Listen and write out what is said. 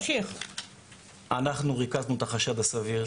אנחנו ריכזנו את החשד הסביר.